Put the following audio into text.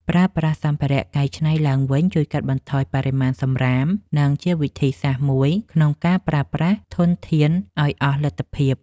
ប្រើប្រាស់សម្ភារៈកែច្នៃឡើងវិញជួយកាត់បន្ថយបរិមាណសំរាម និង ជាវិធីសាស្ត្រមួយក្នុងការប្រើប្រាស់ធនធានឱ្យអស់លទ្ធភាព។